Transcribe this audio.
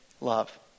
love